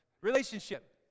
Relationship